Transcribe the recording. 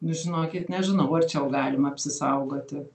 nu žinokit nežinau ar čia jau galima apsisaugoti